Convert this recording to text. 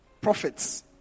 prophets